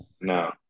No